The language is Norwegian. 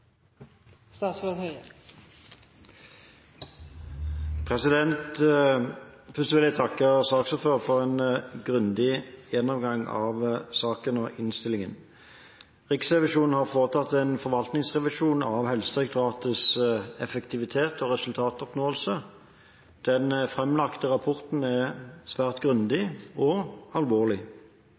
Først vil jeg takke saksordføreren for en grundig gjennomgang av saken og innstillingen. Riksrevisjonen har foretatt en forvaltningsrevisjon av Helsedirektoratets effektivitet og resultatoppnåelse. Den framlagte rapporten er svært grundig og alvorlig,